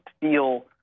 feel